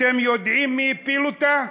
אתם יודעים מי הפיל אותה?